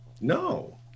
no